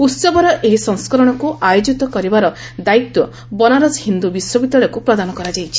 ଉତ୍ସବର ଏହି ସଂସ୍କରଣକୁ ଆୟୋଜିତ କରିବାର ଦାୟିତ୍ୱ ବନାରସ୍ ହିନ୍ଦୁ ବିଶ୍ୱବିଦ୍ୟାଳୟକୁ ପ୍ରଦାନ କରାଯାଇଛି